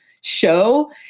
show